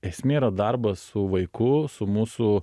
esmė yra darbas su vaiku su mūsų